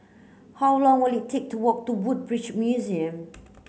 how long will it take to walk to Woodbridge Museum